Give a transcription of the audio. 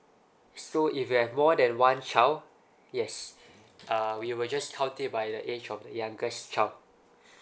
so if you have more than one child yes uh we will just count it by the age of the youngest child